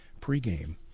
pregame